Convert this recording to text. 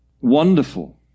wonderful